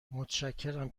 متشکرم